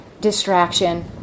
distraction